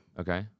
Okay